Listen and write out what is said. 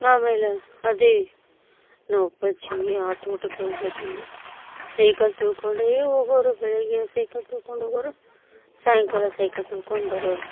ಆಮೇಲೆ ಅದು ನಮ್ಮಪ್ಪಾಜ್ಜಿ ಆ ತೋಟಕ್ಕೆ ಹೋಗಬೇಕಂದ್ರೆ ಸೈಕಲ್ ತುಳ್ಕೊಂಡೇ ಹೋಗೋರು ಬೆಳಿಗ್ಗೆ ಸೈಕಲ್ ತುಳ್ಕೊಂಡೋಗೋರು ಸಾಯಂಕಾಲ ಸೈಕಲ್ ತುಳ್ಕೊಂಡು ಬರೋರು